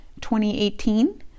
2018